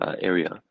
area